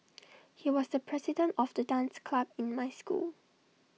he was the president of the dance club in my school